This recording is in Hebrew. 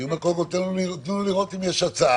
אני אומר, קודם כל תנו לנו לראות אם יש הצעה.